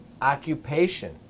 occupation